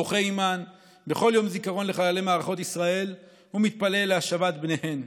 בוכה עימן בכל יום זיכרון לחללי מערכות ישראל ומתפלל להשבת בניהן.